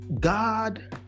God